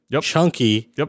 chunky